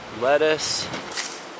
lettuce